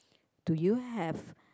do you have